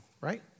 right